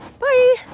Bye